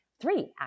three